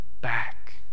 back